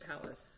palace